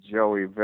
Joey